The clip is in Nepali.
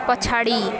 पछाडि